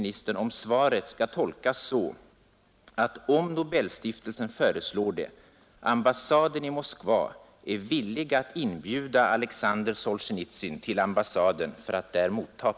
Nobelstiftelsen föreslår det, ambassaden i Moskva är villig inbjuda = Nr 115